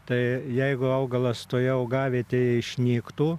tai jeigu augalas toje augavietėje išnyktų